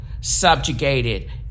subjugated